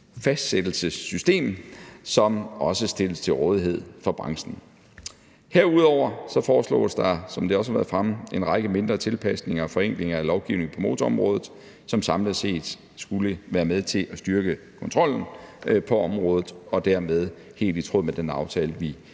værdifastsættelsessystem, som også stilles til rådighed for branchen. Herudover foreslås der, som det også har været fremme, en række mindre tilpasninger og forenklinger af lovgivningen på motorområdet, som samlet set skulle være med til at styrke kontrollen på området, og som dermed er helt i tråd med den aftale, vi